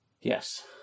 yes